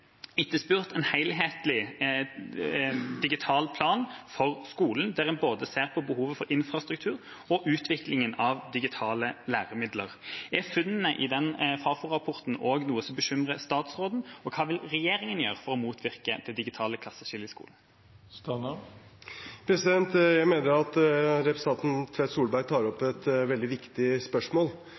etterspurt en helhetlig digital plan for skolen, der en ser på behovet for både infrastruktur og utvikling av digitale læremidler. Er funnene i denne Fafo-rapporten noe som også bekymrer statsråden, og hva vil regjeringen gjøre for å motvirke det digitale klasseskillet i skolen? Representanten Tvedt Solberg tar opp et veldig viktig spørsmål.